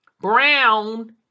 brown